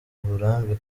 uburambe